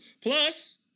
Plus